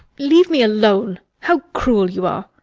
leave me alone! how cruel you are!